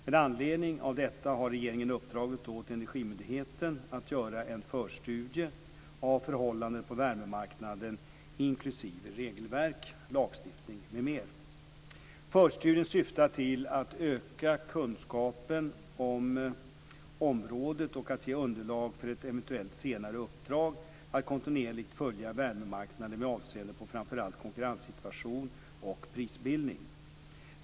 Med anledning av detta har regeringen uppdragit åt Energimyndigheten att göra en förstudie av förhållandena på värmemarknaden inklusive regelverk, lagstiftning m.m. Förstudien syftar till att öka kunskapen om området och att ge underlag för ett eventuellt senare uppdrag att kontinuerligt följa värmemarknaden med avseende på framför allt konkurrenssituation och prisbildning.